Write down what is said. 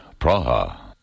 Praha